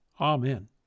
Amen